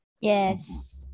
Yes